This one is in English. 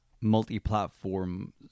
multi-platform